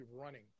running